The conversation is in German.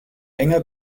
enge